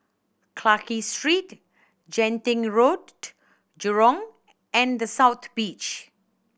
Clarke Street Genting Road Jurong and The South Beach